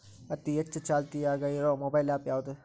ಅತಿ ಹೆಚ್ಚ ಚಾಲ್ತಿಯಾಗ ಇರು ಮೊಬೈಲ್ ಆ್ಯಪ್ ಯಾವುದು?